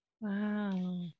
Wow